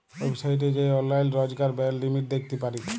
ওয়েবসাইটে যাঁয়ে অললাইল রজকার ব্যয়ের লিমিট দ্যাখতে পারি